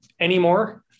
anymore